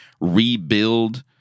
rebuild